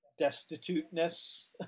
destituteness